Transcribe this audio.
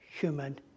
human